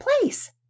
place